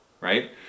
right